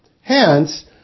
Hence